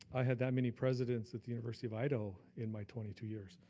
i had that many presidents at the university of idaho in my twenty two years,